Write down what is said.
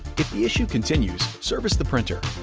if the issue continues, service the printer.